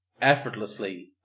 effortlessly